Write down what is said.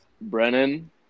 Brennan